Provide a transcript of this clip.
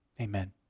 Amen